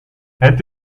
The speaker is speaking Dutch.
het